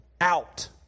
out